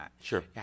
Sure